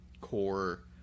core